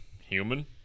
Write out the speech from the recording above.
Human